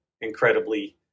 incredibly